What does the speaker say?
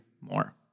more